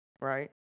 right